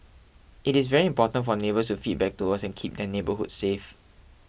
it is very important for neighbours to feedback to us and keep their neighbourhoods safe